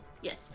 yes